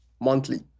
monthly